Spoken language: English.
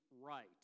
right